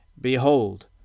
Behold